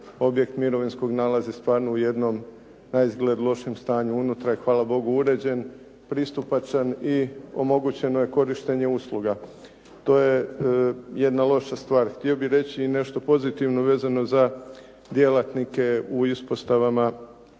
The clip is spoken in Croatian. objekt mirovinskog nalazi stvarno u jednom na izgled lošem stanju. Unutra je hvala Bogu uređen, pristupačan i omogućeno je korištenje usluga. To je jedna loša stvar. Htio bih reći nešto pozitivno vezano za djelatnike u ispostavama